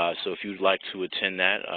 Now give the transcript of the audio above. ah so if you'd like to attend that,